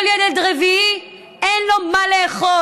כל ילד רביעי, אין לו מה לאכול.